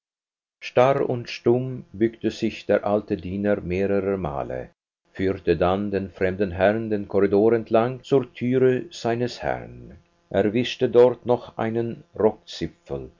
starr und stumm bückte sich der alte diener mehrere male führte dann den fremden herrn den korridor entlang zur türe seines herrn erwischte dort noch einen